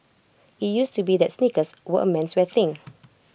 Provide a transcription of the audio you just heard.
IT used to be that sneakers were A menswear thing